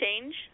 change